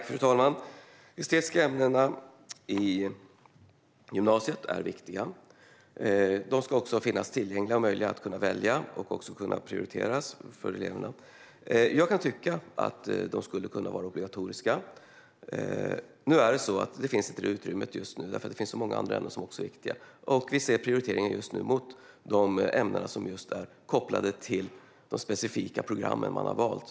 Fru talman! De estetiska ämnena i gymnasiet är viktiga. De ska finnas tillgängliga och vara möjliga att välja, och de ska kunna prioriteras av eleverna. Jag kan tycka att de skulle kunna vara obligatoriska. Men det utrymmet finns inte just nu, eftersom det finns så många andra ämnen som också är viktiga. Vi prioriterar just nu de ämnen som är kopplade till de specifika program man har valt.